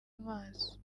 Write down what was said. amazi